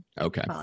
Okay